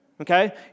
okay